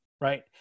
Right